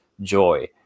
joy